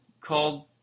called